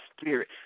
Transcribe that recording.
spirit